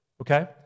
okay